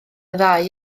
ddau